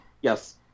Yes